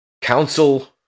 council